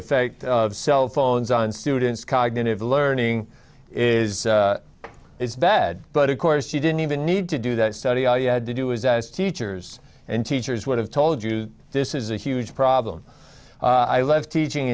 effect of cell phones on students cognitive learning is is bad but of course she didn't even need to do that study all you had to do is as teachers and teachers would have told you this is a huge problem i left teaching